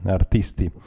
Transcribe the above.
artisti